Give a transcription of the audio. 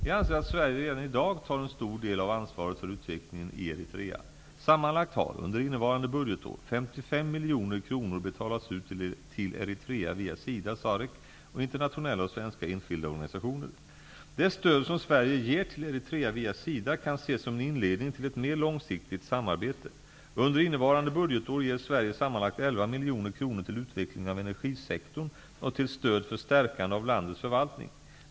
Jag anser att Sverige redan i dag tar en stor del av ansvaret för utvecklingen i Eritrea. Sammanlagt har, under innevarande budgetår, 55 miljoner kronor betalats ut till Eritrea via SIDA, SAREC samt internationella och svenska enskilda organisationer. Det stöd som Sverige ger till Eritrea via SIDA kan ses som en inledning till ett mer långsiktigt samarbete. Under innevarande budgetår ger Sverige sammanlagt 11 miljoner kronor till utveckling av energisektorn och till stöd för stärkande av landets förvaltning.